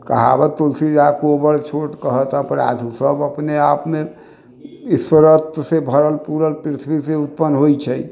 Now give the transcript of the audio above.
कहावत तुलसीदासके ओ बड़ छोट कहत अपराध सभ अपने आपमे ईश्वरत्व से भरल पूरल पृथ्वीसँ उत्पन्न होइत छै